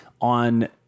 on